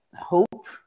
hope